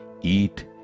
eat